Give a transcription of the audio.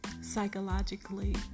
psychologically